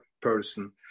person